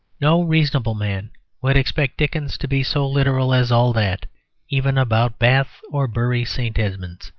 no reasonable man would expect dickens to be so literal as all that even about bath or bury st. edmunds,